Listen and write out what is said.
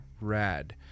rad